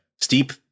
steep